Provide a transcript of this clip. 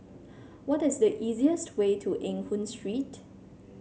what is the easiest way to Eng Hoon Street